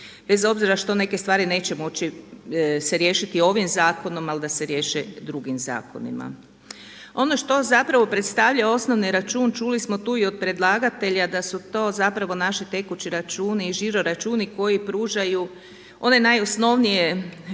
bez obzira što neke stvari neće se moći riješiti ovim zakonom, ali da se riješe drugim zakonima. Ono što zapravo predstavlja osnovni račun čuli smo tu i od predlagatelja da su to zapravo naši tekući računi i žiro računi koji pružaju one najosnovnije usluge,